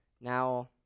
now